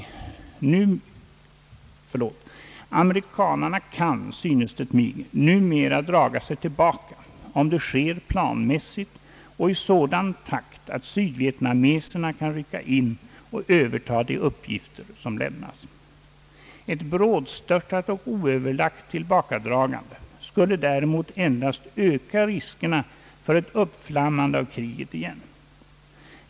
Amerikanerna kan, synes det mig, numera draga sig tillbaka, om det sker planmässigt och i sådan takt att sydvietnameserna kan rycka in och överta de uppgifter som lämnas. Ett brådstörtat och oöverlagt tillbakadragande skulle däremot endast öka riskerna för ett uppflammande av kriget igen.